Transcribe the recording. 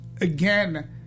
again